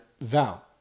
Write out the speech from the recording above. vow